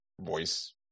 voice